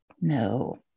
No